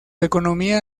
economía